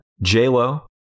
J-Lo